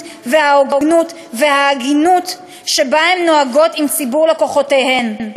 וההוגנות וההגינות שבהן הן נוהגות עם ציבור לקוחותיהן.